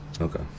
Okay